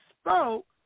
spoke